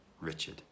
Richard